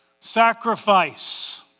sacrifice